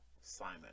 Simon